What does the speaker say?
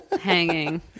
hanging